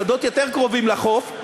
השדות יותר קרובים לחוף,